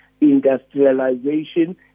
industrialization